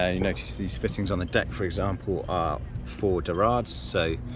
ah you notice these fittings on the deck for example ah for dorades, so